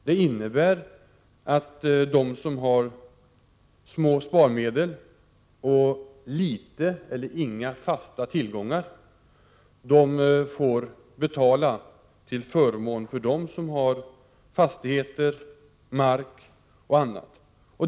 Det innebär att de som har små sparmedel och litet eller inga fasta tillgångar får betala till förmån för dem som har fastigheter, mark och annat.